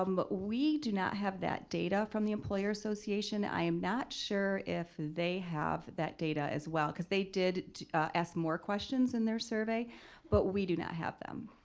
um but we do not have that data from the employer association. i am not sure if they have that data as well. they did ask more questions in their survey but we do not have them.